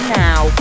now